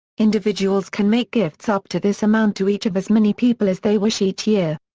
individuals can make gifts up to this amount to each of as many people as they wish each year.